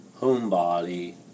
homebody